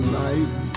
life